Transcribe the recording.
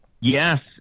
Yes